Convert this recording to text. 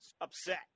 upset